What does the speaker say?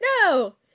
No